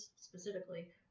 specifically